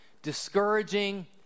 discouraging